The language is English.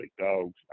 dogs